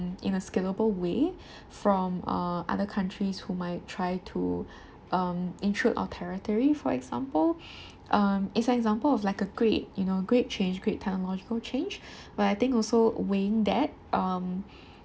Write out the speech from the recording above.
in a scalable way from uh other countries who might try to um intrude our territory for example um it's an example of like a great you know great change great technological change but I think also weighing that um